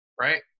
right